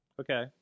Okay